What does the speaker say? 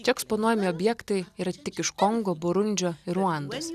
čia eksponuojami objektai yra tik iš kongo burundžio ir ruandos